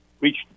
reached